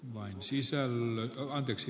voi siis enemmän anteeksi